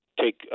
take